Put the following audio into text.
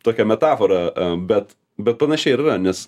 tokia metafora bet bet panašiai ir yra nes